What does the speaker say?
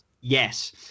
Yes